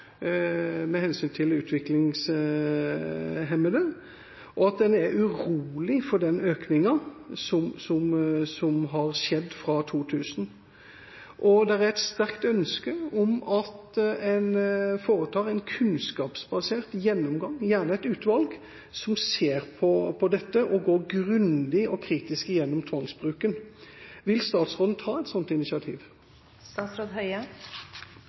utviklingshemmede, og en er urolig for den økninga som har skjedd fra 2000. Det er et sterkt ønske om at en foretar en kunnskapsbasert gjennomgang, gjerne av et utvalg, som ser på dette og går grundig og kritisk gjennom tvangsbruken. Vil statsråden ta et